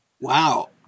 Wow